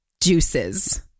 juices